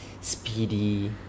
speedy